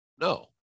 No